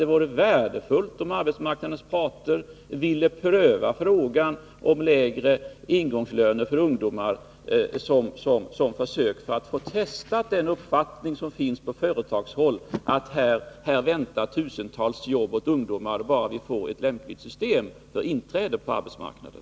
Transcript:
Det vore värdefullt om arbetsmarknadens parter ville pröva frågan om lägre ingångslöner för ungdomar på försök, för att få testa den uppfattning som finns på företagarhåll, att här väntar tusentals jobb åt ungdomar, bara vi får ett lämpligt system för inträde på arbetsmarknaden.